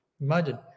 Imagine